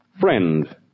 Friend